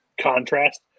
contrast